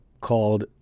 called